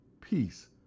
peace